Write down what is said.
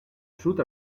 sud